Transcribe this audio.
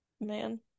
Man